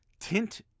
Tint